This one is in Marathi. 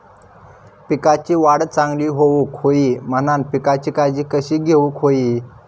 पिकाची वाढ चांगली होऊक होई म्हणान पिकाची काळजी कशी घेऊक होई?